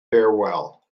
farewell